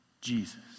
Jesus